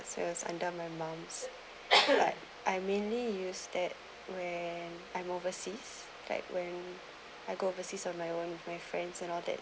so is under my mom like I mainly use that when I'm overseas like when I go overseas on my one of my friends and all that